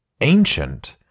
ancient